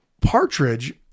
Partridge